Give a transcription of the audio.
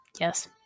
Yes